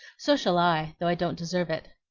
so shall i, though i don't deserve it.